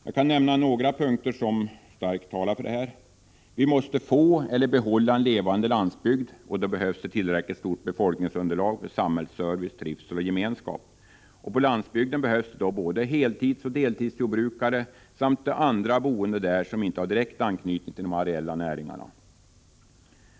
Jag vill nämna några skäl som starkt talar för sådana ändringar. För det första måste vi få — eller behålla — en levande landsbygd, och då behövs ett tillräckligt stort befolkningsunderlag för samhällsservice, trivsel och gemenskap. På landsbygden behövs både heltidsoch deltidsjordbrukare liksom även personer som inte har direkt anknytning till de areella näringarna.